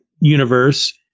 universe